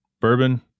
bourbon